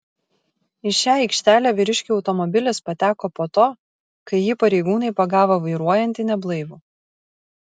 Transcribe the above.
į šią aikštelę vyriškio automobilis pateko po to kai jį pareigūnai pagavo vairuojantį neblaivų